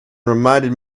reminded